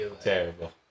Terrible